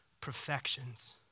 perfections